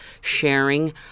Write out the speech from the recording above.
sharing